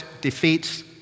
defeats